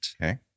Okay